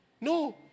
No